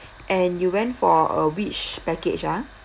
and you went for uh which package ah